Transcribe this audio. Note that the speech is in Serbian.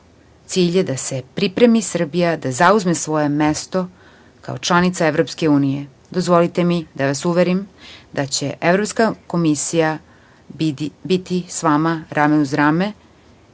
Cilj je da se pripremi Srbija da zauzme svoje mesto kao članica EU.Dozvolite mi da vas uverim da će Evropska komisija biti sa vama rame uz rame